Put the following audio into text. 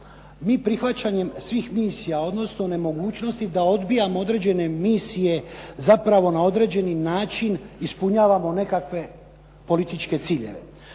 Mi prihvaćanjem svih misija odnosno nemogućnosti da odbijamo određene misije zapravo na određeni način ispunjavamo nekakve političke ciljeve.